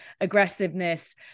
aggressiveness